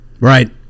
right